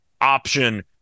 option